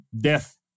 death